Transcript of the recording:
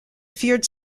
feared